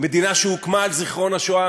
מדינה שהוקמה על זיכרון השואה,